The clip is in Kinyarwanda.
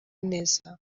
neza